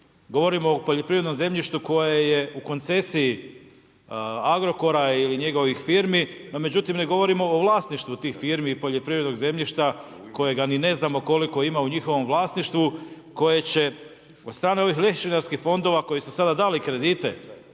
govorimo o poljoprivrednom zemljištu koje je u koncesiji Agrokora ili njegovih firmi no međutim ne govorimo o vlasništvu tih firmi i poljoprivrednog zemljišta kojega ni ne znamo koliko ima u njihovom vlasništvu koje će od strane ovih lešinarskih fondova koji su sada dali kredite